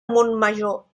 montmajor